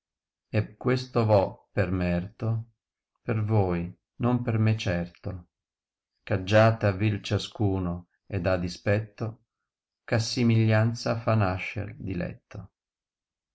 e questo vo per merto per voi non per me certo ch aggiate a vii ciascuno ed a dispetto ch assimiglianza fa nascer diletto